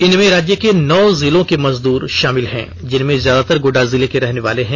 इनमें राज्य के नौ जिलों के मजदूर शामिल हैं जिनमें ज्यादातर गोड़डा जिले के रहने वाले हैं